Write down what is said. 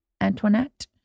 Antoinette